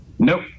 Nope